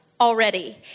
already